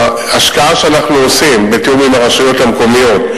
ההשקעה שאנחנו עושים בתיאום עם הרשויות המקומיות,